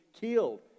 killed